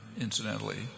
incidentally